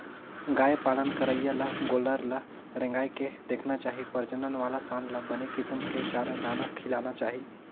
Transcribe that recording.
गाय पालन करइया ल गोल्लर ल रेंगाय के देखना चाही प्रजनन वाला सांड ल बने किसम के चारा, दाना खिलाना चाही